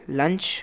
lunch